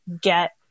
get